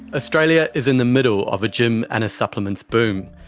australia is in the middle of a gym and a supplements boom.